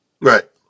right